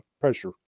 pressure